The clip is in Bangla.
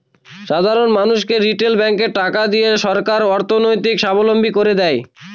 সাধারন মানুষদেরকে রিটেল ব্যাঙ্কে টাকা দিয়ে সরকার অর্থনৈতিক সাবলম্বী করে দেয়